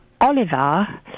Oliver